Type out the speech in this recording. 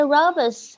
Robbers